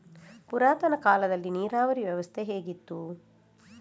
ಪುರಾತನ ಕಾಲದಲ್ಲಿ ನೀರಾವರಿ ವ್ಯವಸ್ಥೆ ಹೇಗಿತ್ತು?